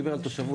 הזמנים.